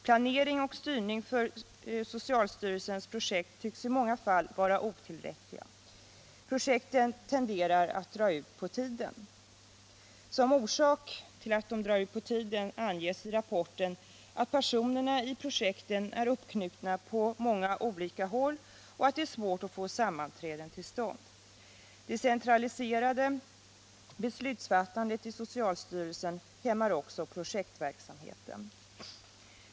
Planering och styrning av socialstyrelsens projekt tycks i många fall vara otillräckliga. Projekten tenderar att dra ut på tiden.” Som orsak härtill uppges i rapporten att personerna i projekten är uppknutna på många olika håll och att det är svårt att få sammanträden till stånd. Det centraliserade beslutsfattandet i socialstyrelsen hämmar också projektverksamheten.